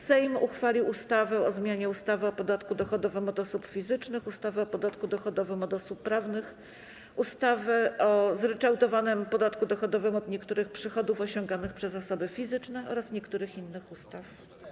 Sejm uchwalił ustawę o zmianie ustawy o podatku dochodowym od osób fizycznych, ustawy o podatku dochodowym od osób prawnych, ustawy o zryczałtowanym podatku dochodowym od niektórych przychodów osiąganych przez osoby fizyczne oraz niektórych innych ustaw.